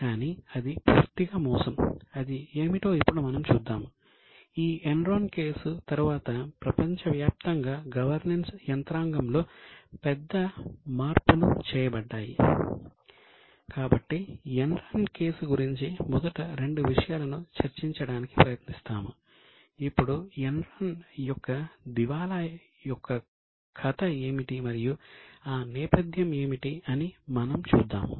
కాబట్టి Enron case యొక్క దివాలా యొక్క కథ ఏమిటి మరియు ఆ నేపథ్యం ఏమిటి అని మనం చూద్దాము